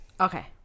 Okay